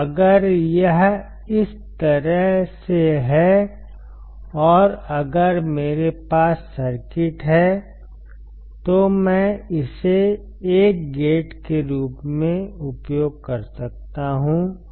तो अगर यह इस तरह से है और अगर मेरे पास सर्किट है तो मैं इसे एक गेट के रूप में उपयोग कर सकता हूं